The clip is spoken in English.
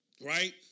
right